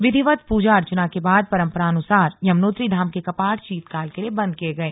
विधिवत पूजा अर्चना के बाद परंपरानुसार यमुनोत्री धाम के कपाट शीतकाल के लिए बंद किये गए